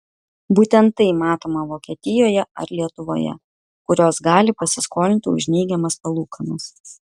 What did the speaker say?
būtent tai matoma vokietijoje ar lietuvoje kurios gali pasiskolinti už neigiamas palūkanas